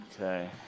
Okay